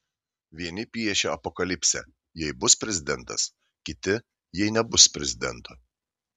vieni piešia apokalipsę jei bus prezidentas kiti jei nebus prezidento